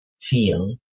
feel